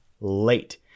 Late